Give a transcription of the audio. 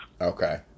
Okay